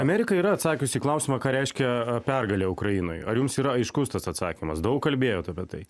amerika yra atsakius į klausimą ką reiškia pergalė ukrainoj ar jums yra aiškus tas atsakymas daug kalbėjot apie tai